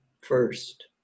first